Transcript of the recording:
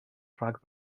rhag